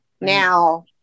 Now